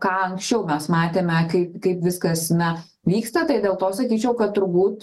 ką anksčiau mes matėme kaip kaip viskas na vyksta tai dėl to sakyčiau kad turbūt